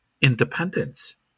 independence